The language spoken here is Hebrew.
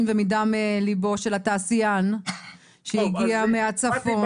ומדם ליבו של התעשיין שהגיע מהצפון.